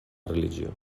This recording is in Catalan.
religió